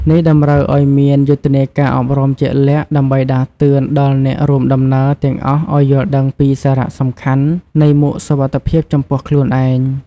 នេះតម្រូវឱ្យមានយុទ្ធនាការអប់រំជាក់លាក់ ដើម្បីដាស់តឿនដល់អ្នករួមដំណើរទាំងអស់ឱ្យយល់ដឹងពីសារៈសំខាន់នៃមួកសុវត្ថិភាពចំពោះខ្លួនឯង។